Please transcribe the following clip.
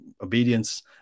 obedience